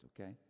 okay